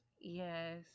Yes